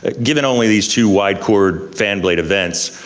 ah given only these two wide chord fan blade events,